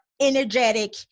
energetic